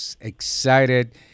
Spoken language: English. excited